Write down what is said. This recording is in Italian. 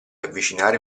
avvicinare